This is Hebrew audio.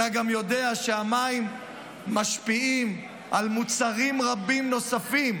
אתה גם יודע שהמים משפיעים על מוצרים רבים נוספים,